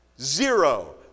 Zero